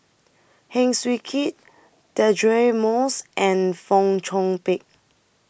Heng Swee Keat Deirdre Moss and Fong Chong Pik